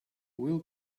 will